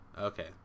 Okay